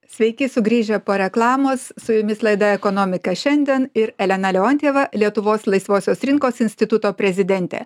sveiki sugrįžę po reklamos su jumis laida ekonomika šiandien ir elena leontjeva lietuvos laisvosios rinkos instituto prezidentė